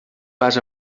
pas